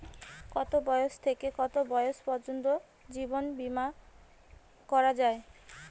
কতো বয়স থেকে কত বয়স পর্যন্ত জীবন বিমা করা যায়?